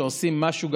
כשעושים משהו,